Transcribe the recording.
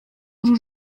uru